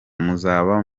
muzaba